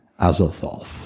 Azathoth